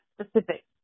specific